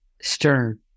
stern